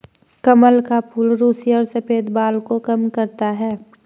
कमल का फूल रुसी और सफ़ेद बाल को कम करता है